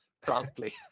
promptly